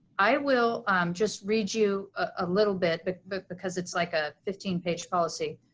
i will just read you a little bit but but because it's like a fifteen page policy,